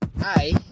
Hi